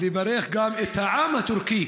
ולברך גם את העם הטורקי